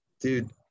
dude